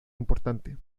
importante